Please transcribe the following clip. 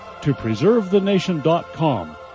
topreservethenation.com